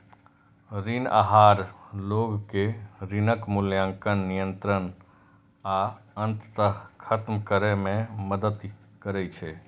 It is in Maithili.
ऋण आहार लोग कें ऋणक मूल्यांकन, नियंत्रण आ अंततः खत्म करै मे मदति करै छै